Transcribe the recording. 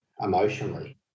emotionally